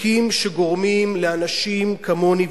חוקים שגורמים לאנשים כמוני,